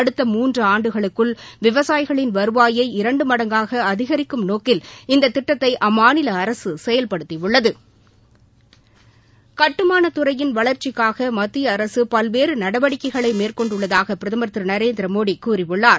அடுத்த மூன்று ஆண்டுகளுக்குள் விவசாயிகளின் வருவாயை இரண்டு மடங்காக அதிகரிக்கும் நோக்கில் இந்த திட்டத்தை அம்மாநில அரசு செயல்படுத்தியுள்ளது கட்டுமானத் துறையின் வளர்ச்சிக்காக மத்திய அரசு பல்வேறு நடவடிக்கைகளை மேற்கொண்டுள்ளதாக பிரதமர் திரு நரேந்திரமோடி கூறியுள்ளார்